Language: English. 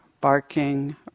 barking